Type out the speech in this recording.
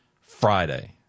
Friday